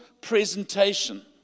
presentation